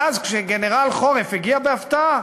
ואז, כשגנרל חורף הגיע בהפתעה,